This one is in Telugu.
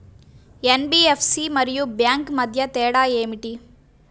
ఎన్.బీ.ఎఫ్.సి మరియు బ్యాంక్ మధ్య తేడా ఏమిటీ?